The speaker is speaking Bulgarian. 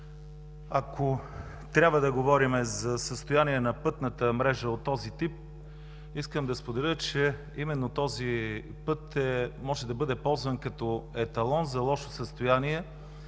Ако трябва да говорим за състояние на пътната мрежа от този тип, искам да споделя, че именно този път може да бъде ползван като еталон за лошо състояние,